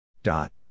Dot